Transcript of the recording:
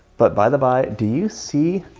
but by the by do you see